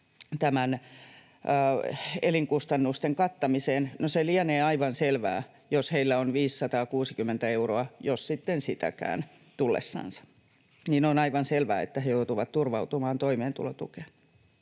näiden elinkustannusten kattamiseen. No, jos heillä on 560 euroa — jos sitten sitäkään — tullessansa, niin on aivan selvää, että he joutuvat turvautumaan toimeentulotukeen.